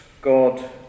God